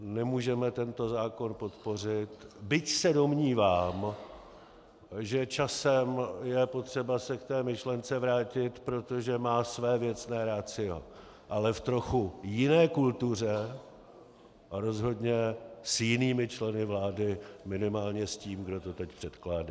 Nemůžeme tento zákon podpořit, byť se domnívám, že časem je potřeba se k té myšlence vrátit, protože má své věcné ratio, ale v trochu jiné kultuře a rozhodně s jinými členy vlády, minimálně s tím, kdo to teď překládal.